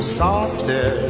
softer